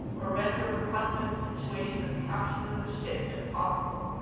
or render her husband's situation as captain of the ship impossible.